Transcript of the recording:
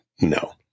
No